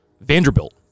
Vanderbilt